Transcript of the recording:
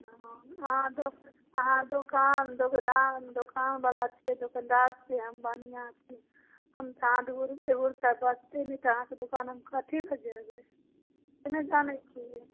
अहाँ दोका अहाँ दोकान दुभिदान दोकानवला छिए दोकानदार छिए हम बनिआ छिए हम सातगो एगो रुपैआ बचतै नहि तऽ अहाँके दोकान हम कथीलए जेबै से नहि जानै छिए